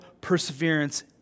perseverance